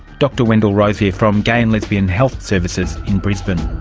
dr wendell rosecear from gay and lesbian health services in brisbane.